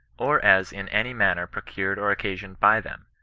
or as in any manner procured or occasioned by them.